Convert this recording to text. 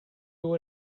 would